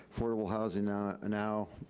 affordable housing ah now!